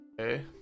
Okay